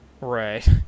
right